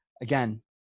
again